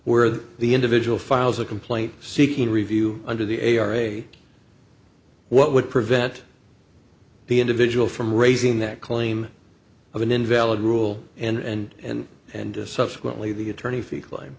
where the individual files a complaint seeking review under the a are a what would prevent the individual from raising that claim of an invalid rule and and subsequently the attorney fees claim